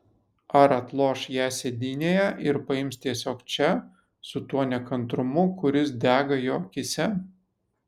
ar atloš ją sėdynėje ir paims tiesiog čia su tuo nekantrumu kuris dega jo akyse